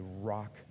rock